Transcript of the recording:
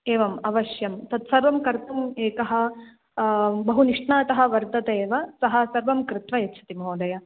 एवम् अवश्यं तत् सर्वं कर्तुम् एकः बहु निष्णातः वर्तते एव सः सर्वं कृत्वा यच्छति महोदय